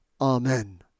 Amen